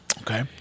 okay